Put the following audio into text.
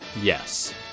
Yes